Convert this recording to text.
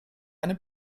eine